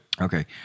Okay